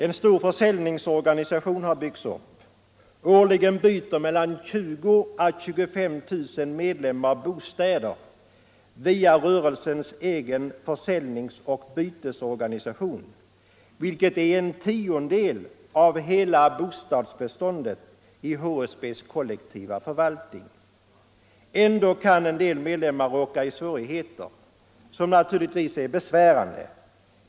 En stor försäljningsorganisation har byggts upp. Årligen byter 20 000-25 000 medlemmar bostäder via rörelsens egen försäljningsoch bytesorganisation, vilket är en tiondel av hela bostadsbeståndet i HSB:s kollektiva förvaltning. Men ändå kan en del medlemmar råka i svårigheter, som natur ligtvis är besvärande.